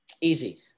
Easy